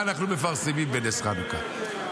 מה אנחנו מפרסמים בנס חנוכה?